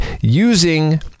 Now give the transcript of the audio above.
using